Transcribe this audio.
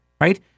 right